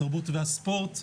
התרבות והספורט,